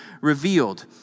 revealed